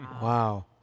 Wow